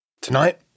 Tonight